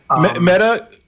Meta